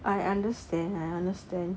I understand I understand